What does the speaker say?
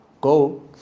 go